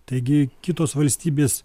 taigi kitos valstybės